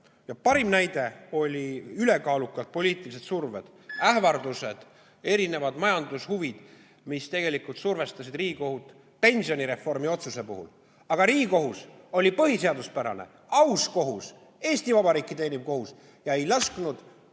Parim näide oli ülekaalukalt poliitilised surved, ähvardused, erinevad majandushuvid, mis tegelikult survestasid Riigikohut pensionireformi otsuse puhul, aga Riigikohus oli põhiseaduspärane, aus kohus, Eesti Vabariiki teeniv kohus. Ta ei lasknud